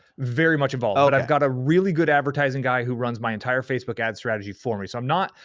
very much involved, but i've got a really good advertising guy who runs my entire facebook ad strategy for me. so i'm not,